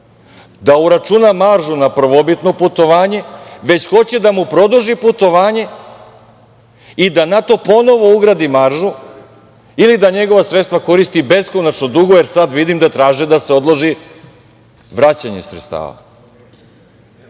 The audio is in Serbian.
da uračuna maržu na prvobitno putovanje, već hoće da mu produži putovanje i da na to ponovo ugradi maržu ili da njegova sredstva koristi beskonačno dugo, jer sada vidim da traže da se odloži vraćanje sredstava. Takve